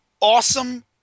awesome